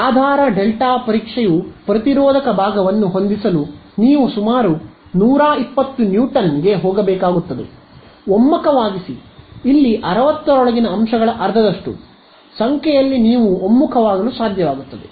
ಆಧಾರ delta ಪರೀಕ್ಷೆಯು ಪ್ರತಿರೋಧಕ ಭಾಗವನ್ನು ಹೊಂದಿಸಲು ನೀವು ಸುಮಾರು 120 N ಗೆ ಹೋಗಬೇಕಾಗುತ್ತದೆ ಒಮ್ಮುಖವಾಗಿಸಿ ಇಲ್ಲಿ 60 ರೊಳಗಿನ ಅಂಶಗಳ ಅರ್ಧದಷ್ಟು ಸಂಖ್ಯೆಯಲ್ಲಿ ನೀವು ಒಮ್ಮುಖವಾಗಲು ಸಾಧ್ಯವಾಗುತ್ತದೆ